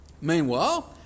Meanwhile